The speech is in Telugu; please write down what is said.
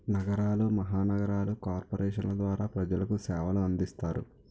నగరాలు మహానగరాలలో కార్పొరేషన్ల ద్వారా ప్రజలకు సేవలు అందిస్తారు